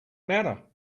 matter